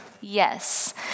Yes